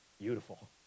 Beautiful